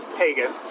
pagan